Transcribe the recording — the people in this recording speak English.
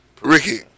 Ricky